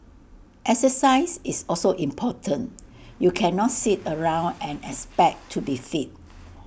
exercise is also important you cannot sit around and expect to be fit